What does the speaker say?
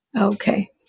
Okay